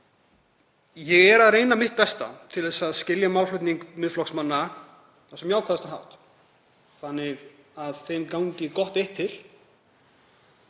Ég er að reyna mitt besta til að skilja málflutning Miðflokksmanna á sem jákvæðastan hátt, að þeim gangi gott eitt til.